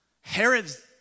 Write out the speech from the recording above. herod's